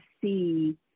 see